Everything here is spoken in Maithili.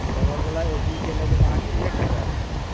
डबल बला एसीके लागि जायत अहाँके एक हजार रुपैआ